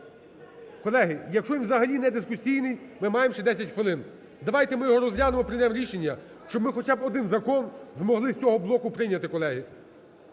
Колеги, якщо він взагалі недискусійний, ми маємо ще 10 хвилин. Давайте ми його розглянемо, приймемо рішення, щоб ми хоча б один закон змогли з цього блоку прийняти, колеги.